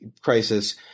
crisis